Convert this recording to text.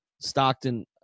Stockton